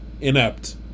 inept